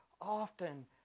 often